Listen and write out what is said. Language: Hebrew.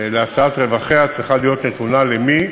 להשאת רווחיה, צריכה להיות נתונה למי